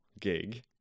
gig